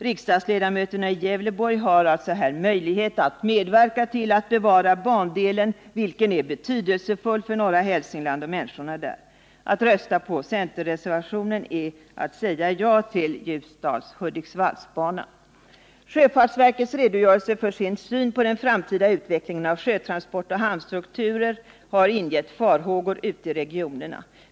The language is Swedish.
Riksdagsledamöterna i Gävleborg har alltså här möjlighet att medverka till att bevara bandelen, vilken är betydelsefull för norra Hälsingland och människorna där. Att rösta på centerreservationen är att säga ja till Ljusdal-Hudiksvall-banan. Sjöfartsverkets redogörelse för sin syn på den framtida utvecklingen av sjötransportoch hamnstrukturen har ingett farhågor ute i regionerna.